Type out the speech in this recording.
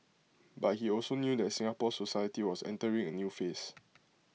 but he also knew that Singapore society was entering A new phase